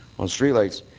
on streetlights,